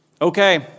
okay